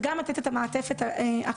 וגם לתת את המעטפת הכוללת.